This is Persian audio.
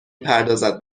پردازد